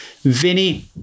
Vinny